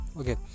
okay